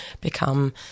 become